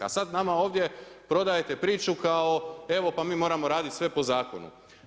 A sada nama ovdje prodajte priču kao evo pa mi moramo raditi sve po zakonu.